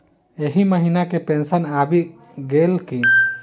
एहि महीना केँ पेंशन आबि गेल की